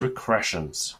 regressions